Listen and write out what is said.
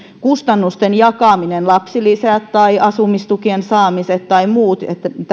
kustannusten jakamisessa lapsilisät tai asumistukien saamiset tai muut